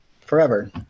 forever